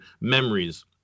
memories